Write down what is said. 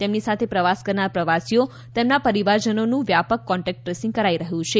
તેમની સાથે પ્રવાસ કરનાર પ્રવાસીઓ તેમના પરિવારજનોનું વ્યાપક કોન્ટેક્ટ ટ્રેસીંગ કરાઈ રહ્યું છે